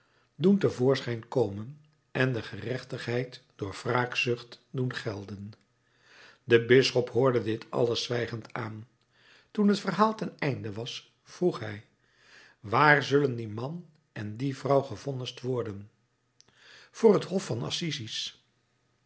te voorschijn komen en de gerechtigheid door wraakzucht doen gelden de bisschop hoorde dit alles zwijgend aan toen het verhaal ten einde was vroeg hij waar zullen die man en die vrouw gevonnist worden voor het hof van